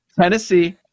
Tennessee